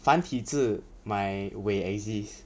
繁体字 my 伟 exist